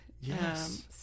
Yes